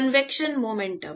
convection momentum